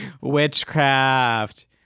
Witchcraft